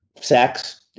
sex